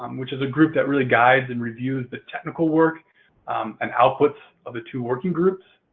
um which is a group that really guides and reviews the technical work and outputs of the two working groups.